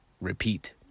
repeat